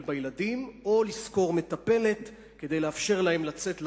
בילדים או לשכור מטפלת כדי לאפשר להן לצאת לעבודה.